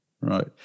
Right